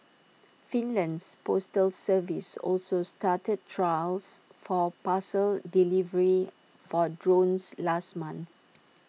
Finland's postal service also started trials for parcel delivery for drones last month